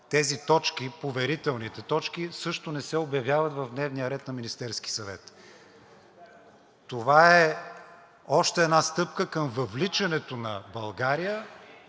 тези точки – поверителните точки, също не се обявяват в дневния ред на Министерския съвет. Това е още една стъпка към въвличането на България